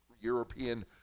European